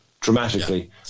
dramatically